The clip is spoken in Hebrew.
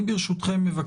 ברשותכם,